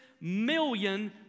million